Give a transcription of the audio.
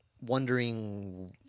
wondering